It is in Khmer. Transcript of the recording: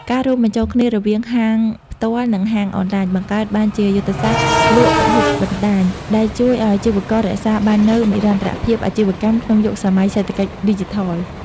ការរួមបញ្ចូលគ្នារវាង ហាងផ្ទាល់ និង ហាងអនឡាញ បង្កើតបានជាយុទ្ធសាស្ត្រលក់ពហុបណ្ដាញ ដែលជួយឱ្យអាជីវកររក្សាបាននូវ និរន្តរភាពអាជីវកម្ម ក្នុងយុគសម័យសេដ្ឋកិច្ចឌីជីថល។